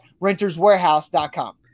renterswarehouse.com